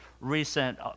recent